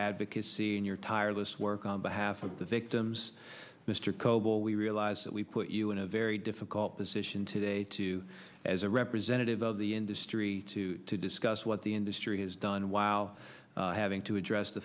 advocacy and your tireless work on behalf of the victims mr coble we realize that we put you in a very difficult position today to as a representative of the industry to discuss what the industry has done while having to address the